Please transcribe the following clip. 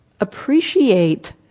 Appreciate